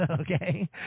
Okay